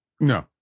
No